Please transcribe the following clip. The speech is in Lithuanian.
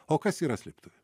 o kas yra slėptuvė